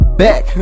back